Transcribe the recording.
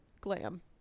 glam